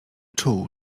czuł